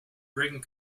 bring